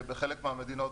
בחלק מהמדינות,